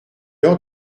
heure